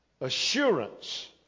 assurance